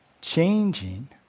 changing